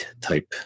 type